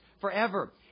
forever